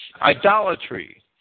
idolatry